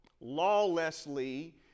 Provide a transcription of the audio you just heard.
lawlessly